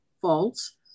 false